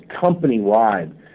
company-wide